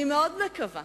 אני מאוד מקווה